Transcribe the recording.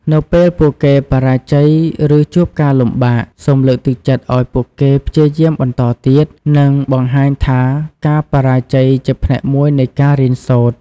នៅពេលពួកគេបរាជ័យ ឬជួបការលំបាក សូមលើកទឹកចិត្តឲ្យពួកគេព្យាយាមបន្តទៀត និងបង្ហាញថាការបរាជ័យជាផ្នែកមួយនៃការរៀនសូត្រ។